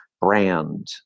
brand